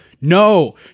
no